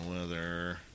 weather